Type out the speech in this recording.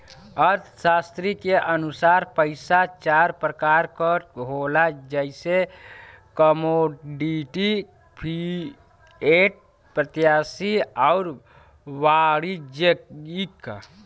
अर्थशास्त्री के अनुसार पइसा चार प्रकार क होला जइसे कमोडिटी, फिएट, प्रत्ययी आउर वाणिज्यिक